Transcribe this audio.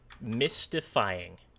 mystifying